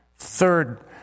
Third